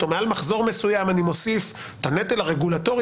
או מעל מחזור מסוים אני מוסיף את הנטל הרגולטורי